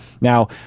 Now